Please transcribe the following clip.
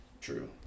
True